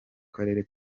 karere